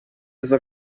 aza